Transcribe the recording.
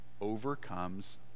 Overcomes